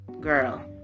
Girl